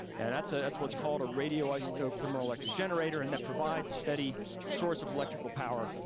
and that's ah that's what's called a radioisotope thermoelectric generator and that provides a steady source of electrical power.